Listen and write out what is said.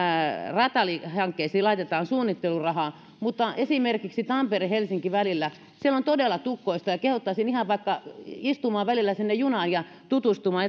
ratahankkeisiin laitetaan suunnittelurahaa mutta esimerkiksi tampere helsinki välillä on todella tukkoista ja kehottaisin ihan vaikka istumaan välillä sinne junaan ja tutustumaan